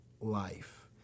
life